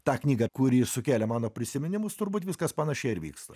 tą knygą kuri sukėlė mano prisiminimus turbūt viskas panašiai ir vyksta